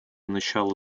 начала